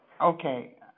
Okay